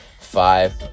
Five